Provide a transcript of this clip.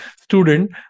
student